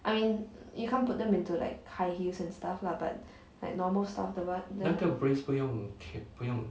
I mean you can't put them into like high heels and stuff lah but like normal stuff the one